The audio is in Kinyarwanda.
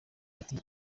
ati